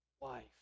wife